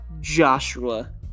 Joshua